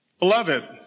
Beloved